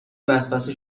وسوسه